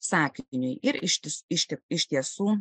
sakiniui ir iš iš iš tiesų